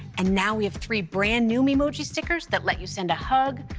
and now we have three brand-new memoji stickers that let you send a hug,